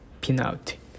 penalty